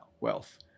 wealth